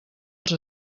als